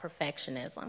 perfectionism